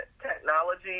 technology